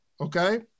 Okay